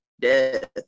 death